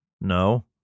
no